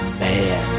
man